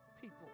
people